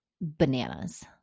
bananas